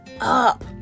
up